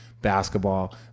basketball